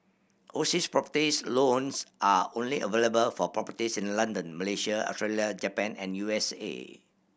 overseas properties loans are only available for properties in London Malaysia Australia Japan and U S A